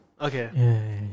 Okay